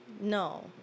no